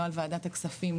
לא על ועדת הכספים,